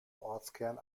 ortskern